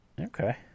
Okay